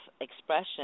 expression